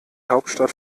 hauptstadt